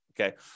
Okay